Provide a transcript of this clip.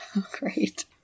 Great